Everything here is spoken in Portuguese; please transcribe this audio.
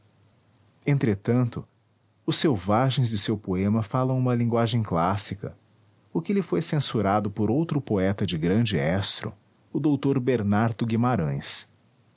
entretanto os selvagens de seu poema falam uma linguagem clássica o que lhe foi censurado por outro poeta de grande estro o dr bernardo guimarães